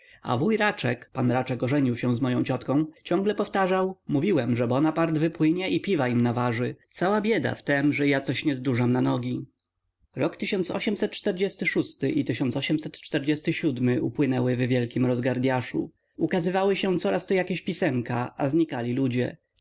a wuj raczek pan raczek ożenił się z moją ciotką ciągle powtarzał mówiłem że bonapart wypłynie i piwa im nawarzy cała bieda w tem że ja coś nie zdużam na nogi rok i siódmy upłynęły w wielkim rozgardyaszu ukazywały się coraz to jakieś pisemka a znikali ludzie